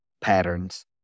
patterns